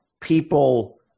people